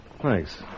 Thanks